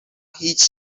هیچ